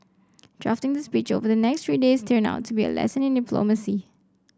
drafting the speech over the next three days turned out to be a lesson in diplomacy